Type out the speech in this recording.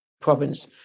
province